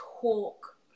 talk